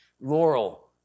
laurel